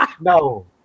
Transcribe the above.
no